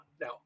Now